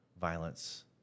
violence